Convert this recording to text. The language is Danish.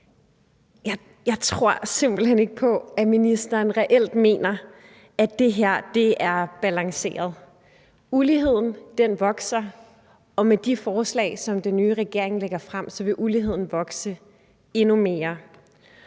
hen ikke på, at ministeren reelt mener, at det her er balanceret. Uligheden vokser, og med de forslag, som den nye regering lægger frem, vil uligheden vokse endnu mere,